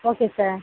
okay sir